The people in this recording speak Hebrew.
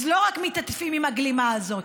אז לא רק מתעטפים בגלימה הזאת.